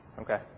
Okay